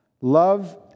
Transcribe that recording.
love